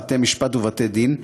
בתי-משפט ובתי-דין,